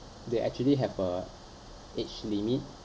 they actually have a age limit